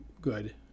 good